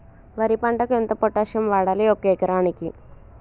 వరి పంటకు ఎంత పొటాషియం వాడాలి ఒక ఎకరానికి?